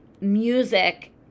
music